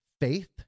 faith